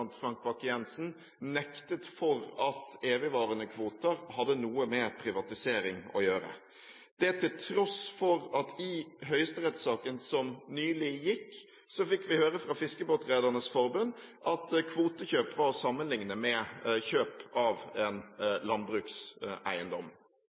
Frank Bakke-Jensen nektet for at evigvarende kvoter hadde noe med privatisering å gjøre, dette til tross for at i høyesterettssaken som nylig gikk, fikk vi høre fra Fiskebåtredernes Forbund at kvotekjøp var å sammenligne med kjøp av en